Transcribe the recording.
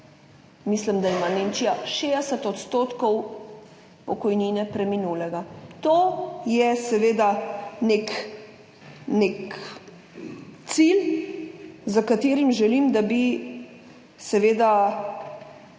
mislim, da ima Nemčija 60 % pokojnine preminulega. To je seveda nek, nek cilj, s katerim želim, da bi seveda